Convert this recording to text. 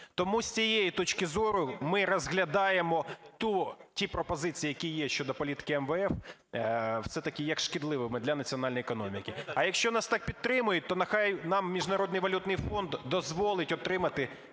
Тому з цієї точки зору ми розглядаємо ті пропозиції, які є, щодо політики МВФ, це такі як шкідливі для національної економіки. А якщо нас так підтримують, то нехай нам Міжнародний валютний фонд дозволить отримати